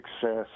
success